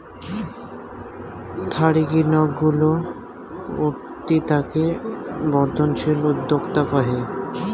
থারিগী নক গুলো উঠতি তাকে বর্ধনশীল উদ্যোক্তা কহে